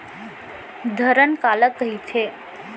धरण काला कहिथे?